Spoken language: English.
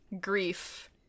grief